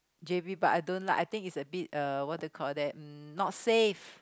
j_b but I don't like I think it's a bit uh what do you call that um not safe